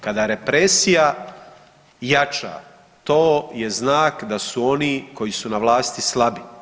Kada represija jača to je znak da su oni koji su na vlasti slabi.